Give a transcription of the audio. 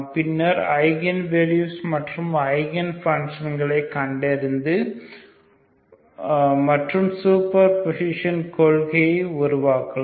பின்னர் eigen values மற்றும் eigen பன்ஷன்களை கண்டறிந்து மற்றும் சூப்பர் பொசிஷன் கொள்கையை உருவாக்கலாம்